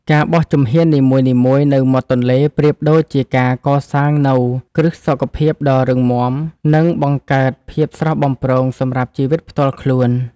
ការបោះជំហាននីមួយៗនៅមាត់ទន្លេប្រៀបដូចជាការកសាងនូវគ្រឹះសុខភាពដ៏រឹងមាំ និង បង្កើតភាពស្រស់បំព្រងសម្រាប់ជីវិតផ្ទាល់ខ្លួន។